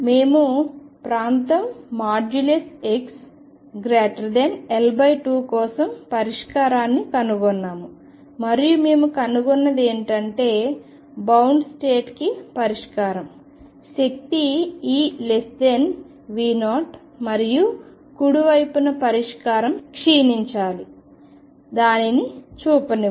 మేము ప్రాంతం xL2 కోసం పరిష్కారాన్ని కనుగొన్నాము మరియు మేము కనుగొన్నది ఏమిటంటే బౌండ్ స్టేట్కి పరిష్కారం శక్తి EV0 మరియు కుడి వైపున పరిష్కారం క్షీణించాలి దానిని చూపనివ్వండి